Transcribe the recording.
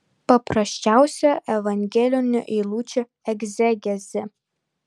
paprasčiausia evangelinių eilučių egzegezė